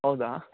ಹೌದಾ